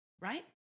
Right